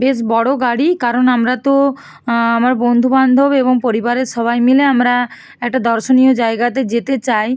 বেশ বড় গাড়ি কারণ আমরা তো আমার বন্ধুবান্ধব এবং পরিবারের সবাই মিলে আমরা একটা দর্শনীয় জায়গাতে যেতে চাই